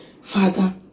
Father